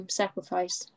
sacrifice